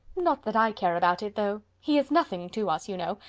not that i care about it, though. he is nothing to us, you know,